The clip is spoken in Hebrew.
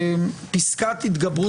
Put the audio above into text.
בעיה שמחה.